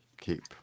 keep